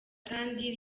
kandi